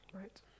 Right